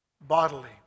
bodily